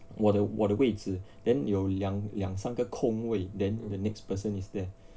我的我的位置 then you 两两三个空位 then the next person is there